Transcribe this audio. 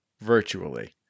virtually